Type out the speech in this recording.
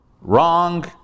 wrong